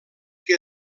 que